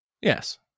Yes